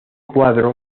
cuadro